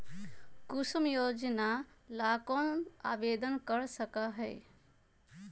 कुसुम योजना ला कौन आवेदन कर सका हई?